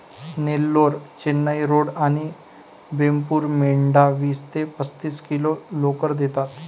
Nellore, Chennai red आणि वेमपूर मेंढ्या वीस ते पस्तीस किलो लोकर देतात